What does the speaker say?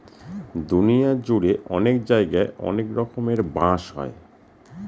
দুনিয়া জুড়ে অনেক জায়গায় অনেক রকমের বাঁশ হয়